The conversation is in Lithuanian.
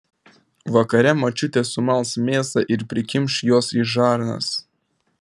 vakare močiutė sumals mėsą ir prikimš jos į žarnas